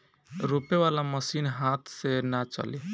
रोपे वाला मशीन हाथ से ना चली